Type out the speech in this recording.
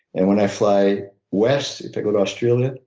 and when i fly west, if i go to australia,